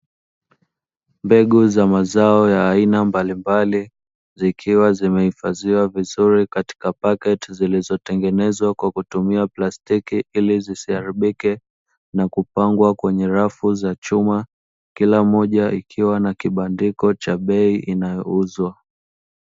Mbegu za mazao ya aina mbalimbali, zikiwa zimehifadhiwa vizuri katika pakiti zilizotengenezwa kwa kutumia plastiki ili zisiharibike, na kupangwa kwenye rafu za chuma, kila moja ikiwa na kibandiko cha bei inayouzwa.